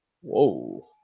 Whoa